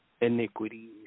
iniquities